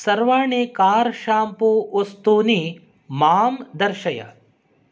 सर्वाणि car shampoo वस्तूनि मां दर्शय